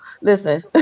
listen